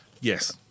Yes